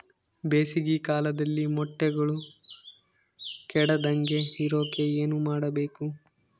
ಬೇಸಿಗೆ ಕಾಲದಲ್ಲಿ ಮೊಟ್ಟೆಗಳು ಕೆಡದಂಗೆ ಇರೋಕೆ ಏನು ಮಾಡಬೇಕು?